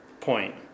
point